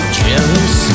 jealous